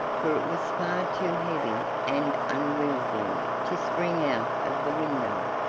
for it was far too heavy and unwieldy to spring out of the window.